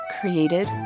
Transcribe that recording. created